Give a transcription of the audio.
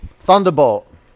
thunderbolt